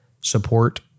support